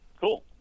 cool